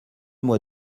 mois